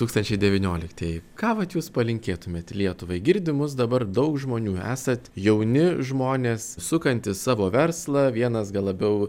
tūkstančiai devynioliktieji ką vat jūs palinkėtumėt lietuvai girdi mus dabar daug žmonių esat jauni žmonės sukantys savo verslą vienas gal labiau